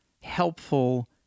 helpful